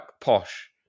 posh